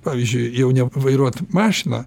pavyzdžiui jauniem vairuot mašiną